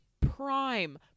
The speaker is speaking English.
prime